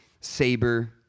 Saber